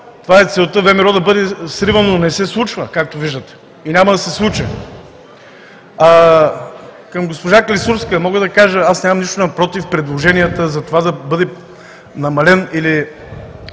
Това е целта – ВМРО да бъде сривано, но не се случва, както виждате. И няма да се случи! Към госпожа Клисурска мога да кажа: аз нямам нищо против предложенията как да бъде намален